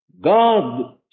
God